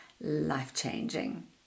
life-changing